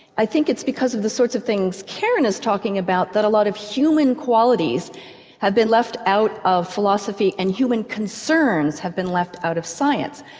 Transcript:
i think it's because of the sorts of things karen is talking about that a lot of human qualities have been left out of philosophy and human concerns have been left out of science.